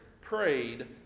prayed